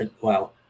Wow